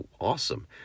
awesome